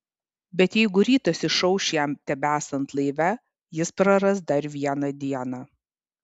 bet jeigu rytas išauš jam tebesant laive jis praras dar vieną dieną